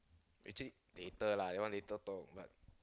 actually later lah that one later thought but